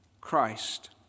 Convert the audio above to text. Christ